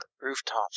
Rooftops